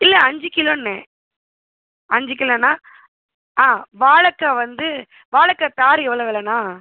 இல்லை அஞ்சு கிலோன்னேன் அஞ்சு கிலோண்ணா ஆ வாழைக்கா வந்து வாழைக்கா தார் எவ்வளோ வெலைண்ணா